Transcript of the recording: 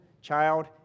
child